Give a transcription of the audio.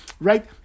right